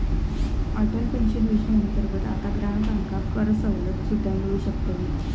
Atal pension योजनेअंतर्गत आता ग्राहकांका करसवलत सुद्दा मिळू शकतली